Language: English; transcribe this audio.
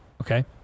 Okay